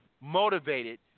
motivated